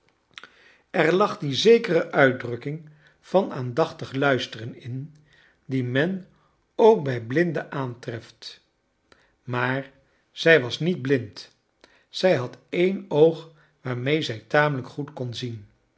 er lag die zekere uitdrukking van aandachtig luisteren in die men ook bij blinden aantreft maar zij was niet blind zij had sen oog waarmee zij tamelijk goed kon zien